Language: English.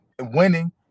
winning